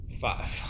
Five